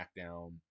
SmackDown